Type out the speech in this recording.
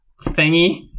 thingy